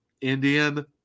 Indian